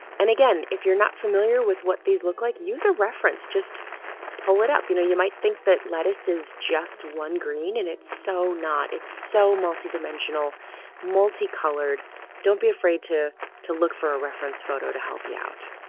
and again if you're not familiar with what these look like use a reference just pull it up you know you might think that lettuce is just one green and it's so not it's so multi-dimensional multicolored don't be afraid to to look for a reference photo to help you out